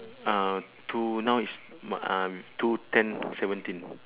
uh two now is m~ uh two ten seventeen